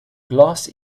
glass